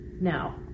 now